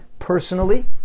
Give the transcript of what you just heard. personally